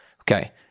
Okay